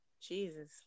Jesus